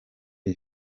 iyi